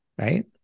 right